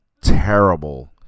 terrible